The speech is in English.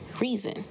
reason